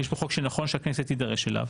יש כאן חוק שנכון שהכנסת תידרש אליו.